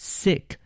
sick